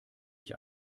ich